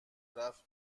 رفت